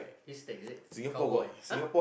haystack is it the cowboy !huh!